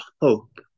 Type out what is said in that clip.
hope